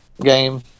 game